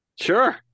sure